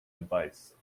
advice